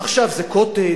עכשיו זה "קוטג'",